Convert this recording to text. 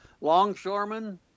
longshoremen